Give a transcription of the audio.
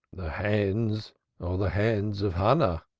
the hands are the hands of hannah,